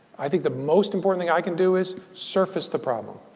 i think the most important thing i can do is surface the problem.